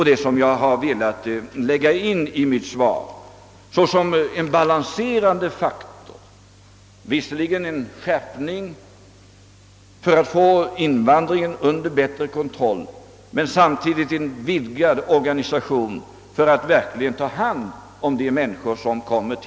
Det som jag har velat ange i mitt svar såsom en balanserande faktor innebär visserligen en skärpning av bestämmelserna för att få invandringen under bättre kontroll men samtidigt en vidgad organisation för att verkligen ta hand om de människor som kommer hit.